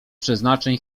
przeznaczeń